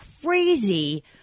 crazy